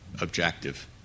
objective